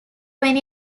when